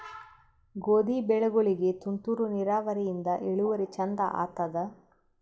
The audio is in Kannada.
ಗೋಧಿ ಬೆಳಿಗೋಳಿಗಿ ತುಂತೂರು ನಿರಾವರಿಯಿಂದ ಇಳುವರಿ ಚಂದ ಆತ್ತಾದ?